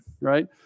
right